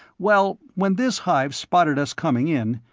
well, when this hive spotted us coming in,